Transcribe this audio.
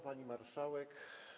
Pani Marszałek!